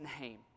name